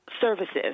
services